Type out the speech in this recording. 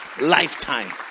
lifetime